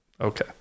Okay